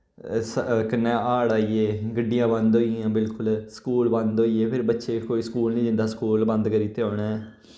स कन्नै हाड़ आई गे गड्डियां बंद होई गेइयां बिल्कुल स्कूल बंद होई गे फिर बच्चे कोई स्कूल निं जंदा स्कूल बंद करी दित्ते उनैं